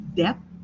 depth